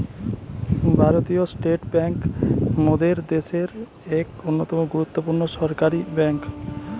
ভারতীয় state bank মোদের দ্যাশের এক অন্যতম গুরুত্বপূর্ণ সরকারি বেঙ্ক